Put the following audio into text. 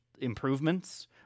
improvements